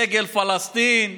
דגל פלסטין.